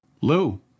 Lou